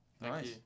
Nice